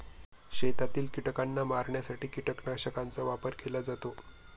शेतातील कीटकांना मारण्यासाठी कीटकनाशकांचा वापर केला जातो